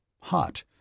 hot